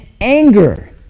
anger